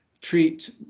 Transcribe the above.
treat